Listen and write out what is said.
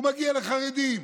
הוא מגיע לחרדים,